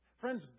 Friends